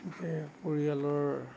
তাকে পৰিয়ালৰ